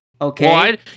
okay